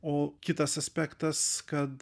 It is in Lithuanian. o kitas aspektas kad